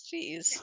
Jeez